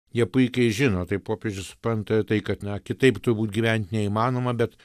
jie puikiai žino tai popiežius supranta tai ir yai kad na kitaip turbūt gyvent neįmanoma bet